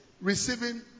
receiving